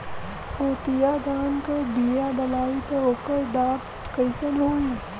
मोतिया धान क बिया डलाईत ओकर डाठ कइसन होइ?